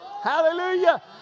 Hallelujah